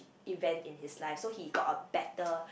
event in his life so he got a better